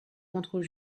contrôle